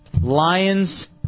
Lions